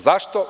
Zašto?